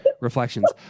reflections